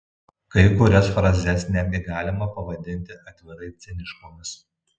kai kurias frazes netgi galima pavadinti atvirai ciniškomis